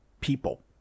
people